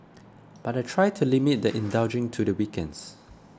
but I try to limit the indulging to the weekends